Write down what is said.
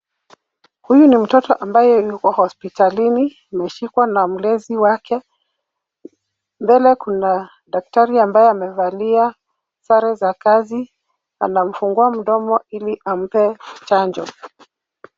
Huyu ni mtoto ambaye yuko hospitalini, ameshikwa na mlezi wake. Mbele kuna daktari ambaye amevalia sare za kazi, anamfungua mdomo ili ampe chanjo.